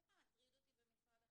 את יודעת מה מטריד אותי במשרד החינוך?